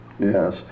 Yes